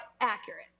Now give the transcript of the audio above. accurate